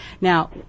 Now